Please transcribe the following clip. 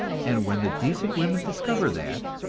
and when the decent women discover that,